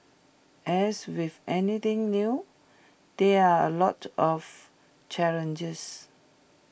as with anything new there are A lot of challenges